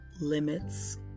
limits